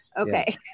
Okay